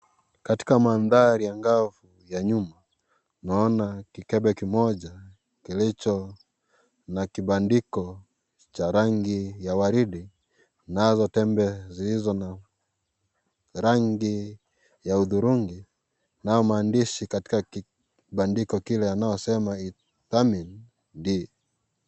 Katika mandhari angao ya nyuma, tunaona kikebe kimoja kilicho na kifuniko cha rangi ya waridi. Kunazo tembe zilizo na rangi ya hudhurungi. Kunao maandishi katika kibandiko kile yanayosema Vitamin D3.